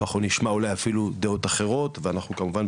אנחנו נשמע אולי אפילו דעות אחרות ואנחנו כמובן,